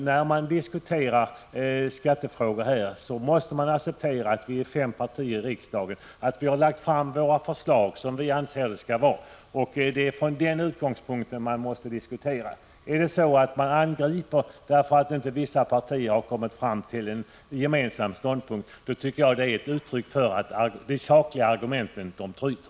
När man diskuterar skattefrågor måste man acceptera att det är fem partier i riksdagen och att varje parti har lagt fram sitt förslag om hur skattesystemet skall vara. Det är från denna 43 utgångspunkt man måste diskutera. Att angripa vissa partier för att de inte har kommit fram till en gemensam ståndpunkt anser jag är ett uttryck för att de sakliga argumenten tryter.